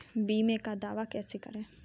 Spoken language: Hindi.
बीमे का दावा कैसे करें?